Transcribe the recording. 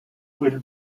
will